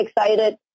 excited